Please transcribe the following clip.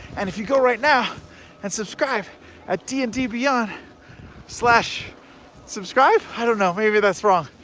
and if you go right now and subscribe at dndbeyond so subscribe? i don't know, maybe that's wrong.